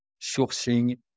sourcing